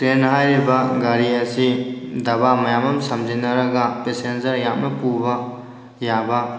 train ꯍꯥꯏꯔꯤꯕ ꯒꯥꯔꯤ ꯑꯁꯤ ꯗꯕꯥ ꯃꯌꯥꯝ ꯑꯃ ꯁꯝꯖꯤꯟꯅꯔꯒ ꯄꯦꯁꯦꯟꯖꯔ ꯌꯥꯝꯅ ꯄꯨꯕ ꯌꯥꯕ